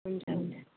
हुन्छ हुन्छ